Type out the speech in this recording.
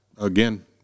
again